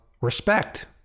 Respect